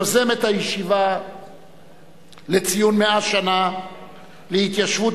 יוזמת הישיבה לציון 100 שנה להתיישבות